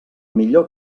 millor